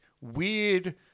weird